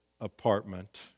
apartment